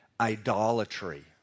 idolatry